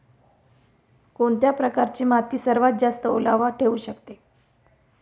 कोणत्या प्रकारची माती सर्वात जास्त ओलावा ठेवू शकते?